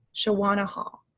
shawana hall.